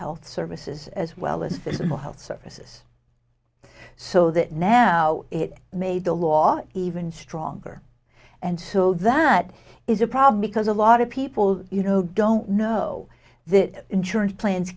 health services as well as physical health services so that now it made the law even stronger and so that is a problem because a lot of people you know don't know that insurance plans